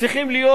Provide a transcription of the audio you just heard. צריכים להיות